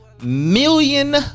million